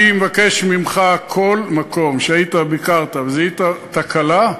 אני מבקש ממך, בכל מקום שהיית, ביקרת וזיהית תקלה,